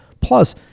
Plus